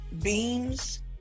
beams